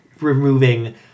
removing